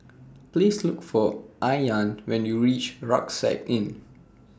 Please Look For Ayaan when YOU REACH Rucksack Inn